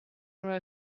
are